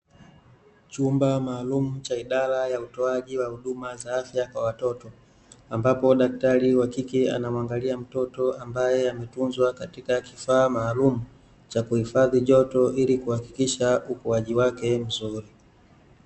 Chumba maalumu cha idara ya utoaji wa huduma za afya kwa watoto, ambapo daktari wa kike anamuangalia mtoto, ambaye ametunzwa katika kifaa maalumu, cha kuhifadhi joto, ili kuhakikisha ukuaji wake mzuri.